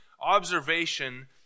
observation